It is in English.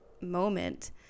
moment